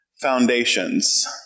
foundations